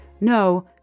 No